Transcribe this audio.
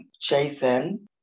Jason